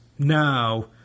Now